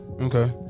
Okay